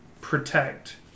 protect